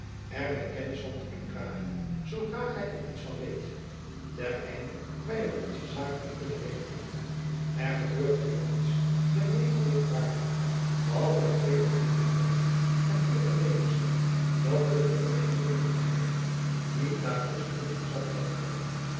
my kennis van te doen dragen zoodra gy er iets van weet ter einde wy er onze zaken naar knnnen regelen er gebeurt hier niets der mededeeling waardig behalve dat vele lieden in holland en hier van meening zijn dat de onderhandeling met engeland niet naar ons genoegen zal uitvallen